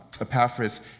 Epaphras